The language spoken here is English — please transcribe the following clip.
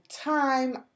time